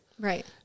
Right